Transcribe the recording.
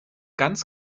ganz